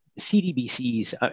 CDBCs